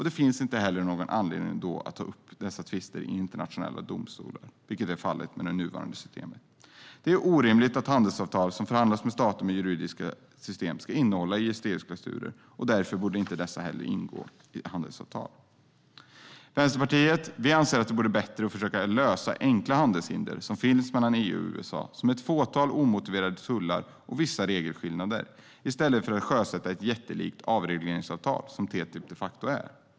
Då finns ingen anledning att ta upp tvister i internationella domstolar, vilket är fallet med det nuvarande systemet. Det är orimligt att handelsavtal som förhandlats med stater med juridiska system ska innehålla ISDS-klausuler, och därför borde dessa inte ingå i handelsavtal. Vänsterpartiet anser att det vore bättre att försöka lösa de enkla handelshinder som finns mellan EU och USA, såsom ett fåtal omotiverade tullar och vissa regelskillnader, i stället för att sjösätta ett jättelikt avregleringsavtal som TTIP de facto är.